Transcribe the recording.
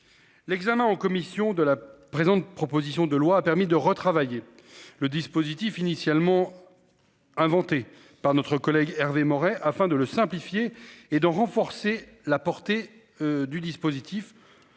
L'examen en commission de la présente, proposition de loi a permis de retravailler le dispositif initialement. Inventé par notre collègue Hervé Morin afin de le simplifier et de renforcer la portée du dispositif.